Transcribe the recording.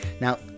Now